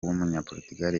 w’umunyaportugal